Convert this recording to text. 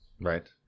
Right